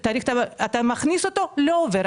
כשאתה מכניס אותו לא עובר.